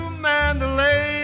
Mandalay